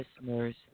listeners